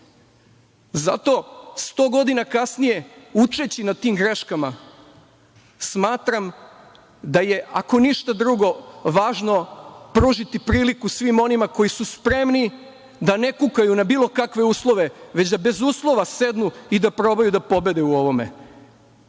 Zato, 100 godina kasnije učeći na tim greškama smatram da je, ako ništa drugo, važno pružiti priliku svim onima koji su spremni da ne kukaju na bilo kakve uslove, već da bez uslova sednu i da probaju da pobede u ovome.